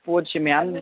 ꯄꯣꯠꯁꯦ ꯃꯌꯥꯝ